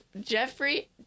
Jeffrey